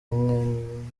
mwenda